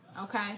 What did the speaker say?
okay